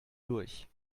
durch